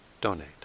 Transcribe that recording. donate